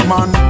Man